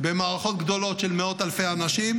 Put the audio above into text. במערכות גדולות של מאות אלפי אנשים